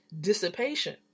dissipation